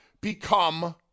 become